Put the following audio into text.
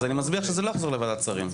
אז אני מסביר לך שזה לא יחזור לוועדת שרים.